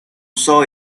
saw